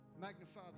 magnify